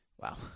wow